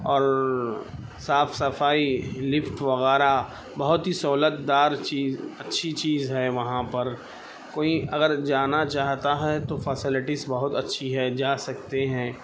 اور صاف صفائی لفٹ وغیرہ بہت ہی سہولتدار چیز اچھی چیز ہے وہاں پر کوئی اگر جانا چاہتا ہے تو فسلٹیز بہت اچھی ہے جا سکتے ہیں